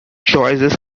choices